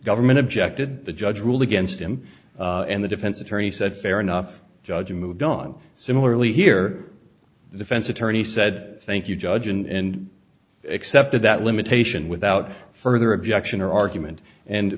government objected the judge ruled against him and the defense attorney said fair enough judge moved on similarly here the defense attorney said thank you judge and accepted that limitation without further objection or argument and